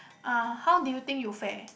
ah how did you think you fair